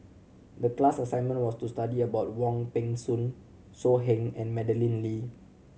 the class assignment was to study about Wong Peng Soon So Heng and Madeleine Lee